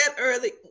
early